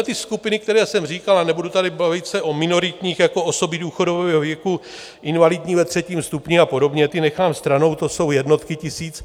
Tyhle ty skupiny, které jsem říkal, a nebudu se tady bavit o minoritních jako osoby důchodového věku, invalidní ve 3. stupni a podobně, ty nechám stranou, to jsou jednotky tisíc.